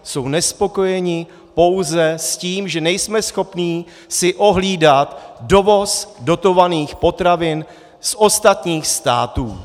Jsou nespokojeni pouze s tím, že si nejsme schopni ohlídat dovoz dotovaných potravin z ostatních států.